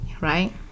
Right